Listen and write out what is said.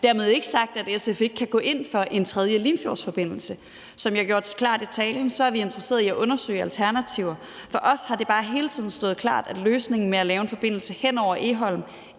Dermed ikke sagt, at SF ikke kan gå ind for en tredje Limfjordsforbindelse. Som jeg gjorde klart i talen, er vi interesseret i at undersøge alternativer. For os har det bare hele tiden stået klart, at løsningen med at lave en forbindelse hen over Egholm